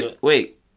wait